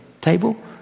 table